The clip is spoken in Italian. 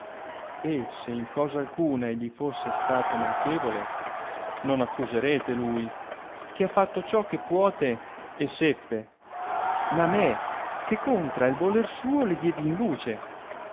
e se in cosa alcuna egli fusse stato manchevole non accusarete lui che ha fatto ciò che puote e seppe ma me che contra il voler suo le diedi in luce